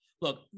Look